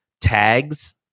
tags